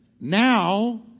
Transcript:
now